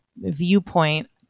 viewpoint